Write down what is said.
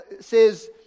says